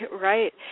Right